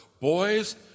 Boys